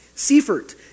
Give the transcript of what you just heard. Seifert